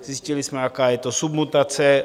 Zjistili jsme, jaká je to submutace.